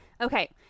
Okay